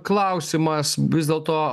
klausimas vis dėlto